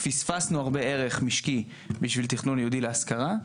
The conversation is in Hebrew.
פספסנו הרבה ערך משקי בשביל תכנון ייעודי להשכרה,